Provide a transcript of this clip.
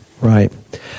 Right